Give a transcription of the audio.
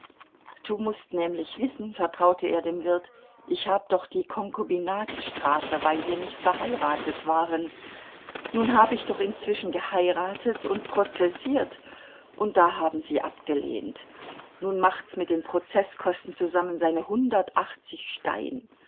du mußt nämlich wissen vertraute er dem wirt ich hab doch die konkubinatsstrafe weil wir nicht verheiratet waren nun hab ich doch inzwischen geheiratet und prozessiert und da haben sie abgelehnt nun macht's mit den prozeßkosten zusammen seine hundertachtzig stein